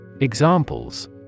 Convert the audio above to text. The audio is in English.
Examples